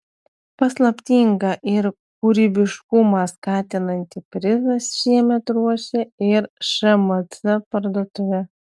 paslaptingą ir kūrybiškumą skatinantį prizą šiemet ruošia ir šmc parduotuvė